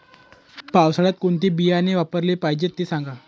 पावसाळ्यात कोणते बियाणे वापरले पाहिजे ते सांगा